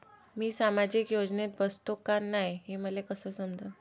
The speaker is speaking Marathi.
मी सामाजिक योजनेत बसतो का नाय, हे मले कस समजन?